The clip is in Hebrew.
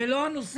זה לא הנושא.